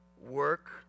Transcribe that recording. Work